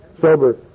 sober